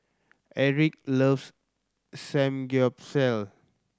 Eric loves Samgyeopsal